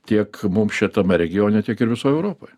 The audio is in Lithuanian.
tiek mums čia tame regione tiek ir visoj europoje